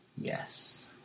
Yes